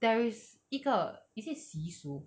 there is 一个 is it 习俗